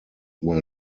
were